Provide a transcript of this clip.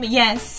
yes